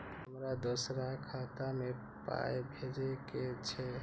हमरा दोसराक खाता मे पाय भेजे के छै?